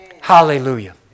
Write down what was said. Hallelujah